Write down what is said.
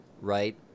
right